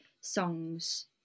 songs